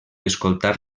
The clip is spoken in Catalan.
escoltar